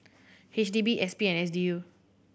H D B S P and S D U